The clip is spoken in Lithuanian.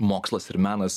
mokslas ir menas